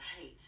Right